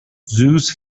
zoos